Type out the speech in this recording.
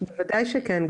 בוודאי שכן,